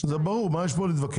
זה ברור, מה יש פה להתווכח.